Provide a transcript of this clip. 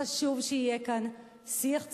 חשוב שיהיה כאן שיח ציבורי,